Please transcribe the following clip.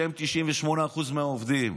שהם 98% מהעובדים.